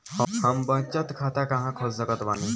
हम बचत खाता कहां खोल सकत बानी?